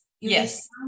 Yes